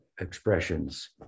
expressions